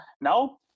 now